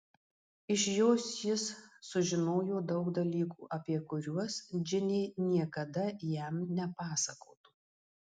iš jos jis sužinojo daug dalykų apie kuriuos džinė niekada jam nepasakotų